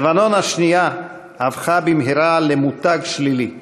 מלחמת לבנון השנייה הפכה במהרה למותג שלילי,